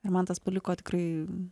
ir man tas paliko tikrai